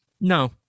no